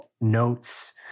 notes